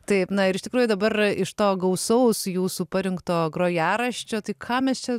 taip na ir iš tikrųjų dabar iš to gausaus jūsų parinkto grojaraščio tai ką mes čia